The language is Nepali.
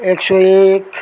एक सौ एक